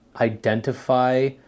identify